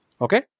Okay